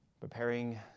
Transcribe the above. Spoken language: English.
preparing